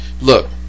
Look